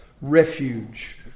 refuge